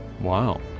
Wow